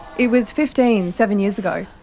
it was fifteen, seven years ago.